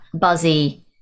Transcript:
buzzy